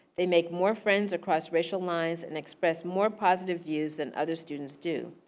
they make more friends across racial lines and express more positive views than other students do.